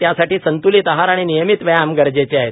त्यासाठी संतूलीत आहार आणि नियमित व्यायाम गरजेचे आहे